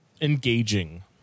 engaging